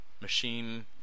machine